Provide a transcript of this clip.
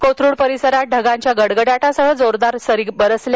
कोथरूड परिसरांत ढगांच्या गडगडाटासह जोरदार सरी बरसल्या